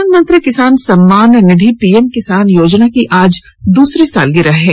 प्रधानमंत्री किसान सम्मान निधि पीएम किसान योजना की आज दूसरी सालगिरह है